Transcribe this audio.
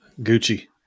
Gucci